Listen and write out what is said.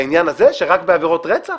בעניין הזה שרק בעבירות רצח?